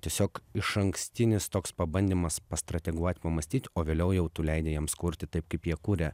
tiesiog išankstinis toks pabandymas pastrateguot pamąstyt o vėliau jau tu leidi jiems kurti taip kaip jie kuria